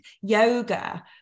yoga